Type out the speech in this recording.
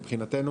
מבחינתנו